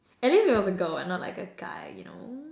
at least it was a girl and not like a guy you know